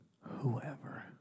Whoever